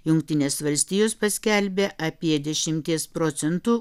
jungtinės valstijos paskelbė apie dešimties procentų